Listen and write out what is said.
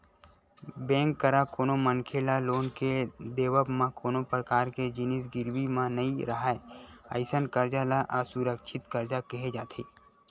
bank करा कोनो मनखे ल लोन के देवब म कोनो परकार के जिनिस गिरवी म नइ राहय अइसन करजा ल असुरक्छित करजा केहे जाथे